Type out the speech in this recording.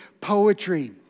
poetry